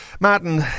Martin